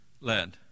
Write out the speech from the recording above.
led